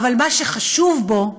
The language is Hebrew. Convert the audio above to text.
אבל מה שחשוב בו: